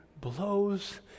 blows